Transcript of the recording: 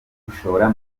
gushora